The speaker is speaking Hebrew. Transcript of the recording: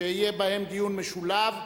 שיהיה בהן דיון משולב,